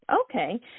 okay